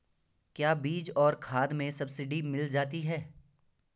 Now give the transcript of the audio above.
क्या बीज और खाद में सब्सिडी मिल जाती है?